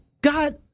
God